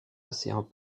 océans